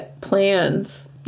plans